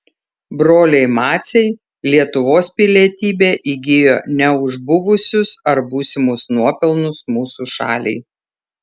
broliai maciai lietuvos pilietybę įgijo ne už buvusius ar būsimus nuopelnus mūsų šaliai